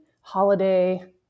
holiday